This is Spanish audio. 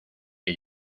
que